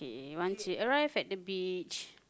k once we arrive at the beach